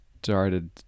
started